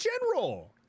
general